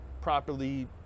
properly